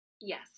yes